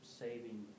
saving